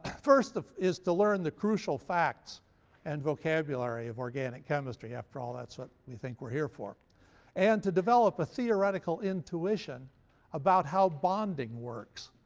first is to learn the crucial facts and vocabulary of organic chemistry after all that's what we think we're here for and to develop a theoretical intuition about how bonding works.